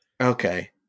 Okay